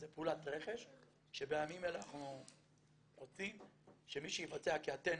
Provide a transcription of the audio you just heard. זו פעולת רכש שבימים אלה אנחנו רוצים שמי שיבצע --- כי אתנה,